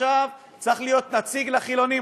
צריך להיות נציג לחילונים.